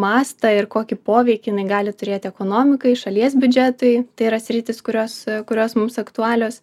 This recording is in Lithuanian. mastą ir kokį poveikį jinai gali turėti ekonomikai šalies biudžetui tai yra sritis kurios kurios mums aktualios